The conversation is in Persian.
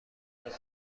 بیارم